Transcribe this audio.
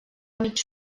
mig